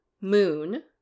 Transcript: Moon